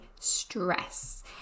stress